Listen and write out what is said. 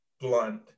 blunt